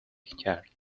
کرد